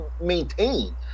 maintain